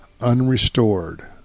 unrestored